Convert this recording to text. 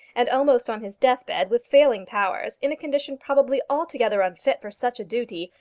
and almost on his death-bed, with failing powers, in a condition probably altogether unfit for such a duty,